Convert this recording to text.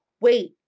wait